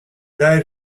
dai